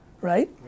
right